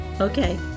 Okay